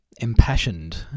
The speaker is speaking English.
impassioned